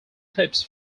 clips